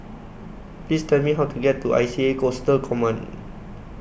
Please Tell Me How to get to I C A Coastal Command